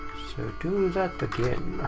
so do that again.